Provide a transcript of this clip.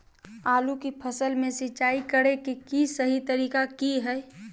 आलू की फसल में सिंचाई करें कि सही तरीका की हय?